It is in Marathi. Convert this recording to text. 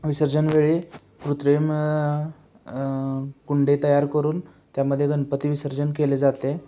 विसर्जन वेळी कृत्रिम कुंड तयार करून त्यामध्ये गणपती विसर्जन केले जाते